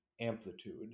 amplitude